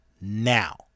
now